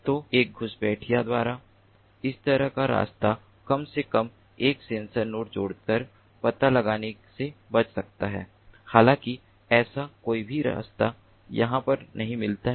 तो एक घुसपैठिया द्वारा इस तरह का रास्ता कम से कम एक सेंसर नोड जोड़कर पता लगाने से बच सकता है हालाँकि ऐसा कोई भी रास्ता यहाँ पर नहीं मिलता है